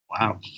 wow